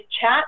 chat